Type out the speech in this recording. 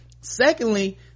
Secondly